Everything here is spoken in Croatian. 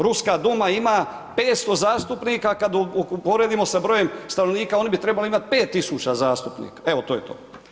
Ruska Duma ima 500 zastupnika, kad uporedimo sa brojem stanovnika oni bi trebali imati 5000 zastupnika, evo to je to.